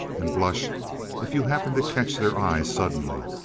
and blush if you happen to catch their eye suddenly,